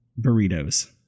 burritos